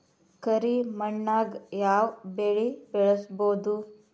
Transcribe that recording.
ಕರಿ ಮಣ್ಣಾಗ್ ಯಾವ್ ಬೆಳಿ ಬೆಳ್ಸಬೋದು?